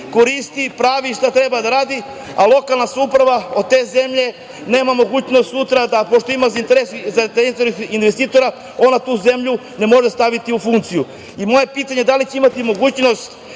koristi, pravi, šta treba da radi, a lokalna samouprava od te zemlje nema mogućnost sutra da, pošto ima zainteresovanih investitora, ona tu zemlju ne može staviti u funkciju. Moje pitanje je da li će imati mogućnost